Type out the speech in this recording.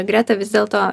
greta vis dėlto